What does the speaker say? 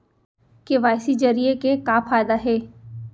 KYC जरिए के का फायदा हे?